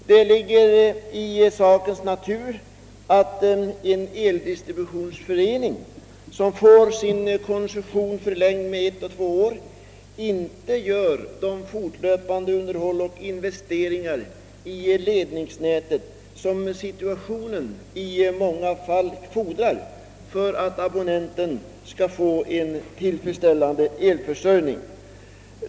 Det ligger ju i sakens natur att den eldistributionsförening, som får sin koncession förlängd med bara ett å två år, inte företar det underhåll av och de investeringar i ledningsnätet, som i många fall fordras för att abonnenterna skall få en tillfredsställande elförsörjning.